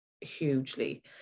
hugely